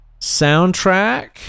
soundtrack